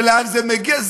ולאן זה מגיע.